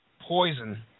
Poison